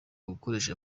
gukorera